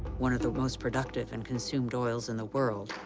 one of the most productive and consumed oils in the world,